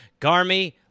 Garmy